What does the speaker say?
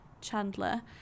Chandler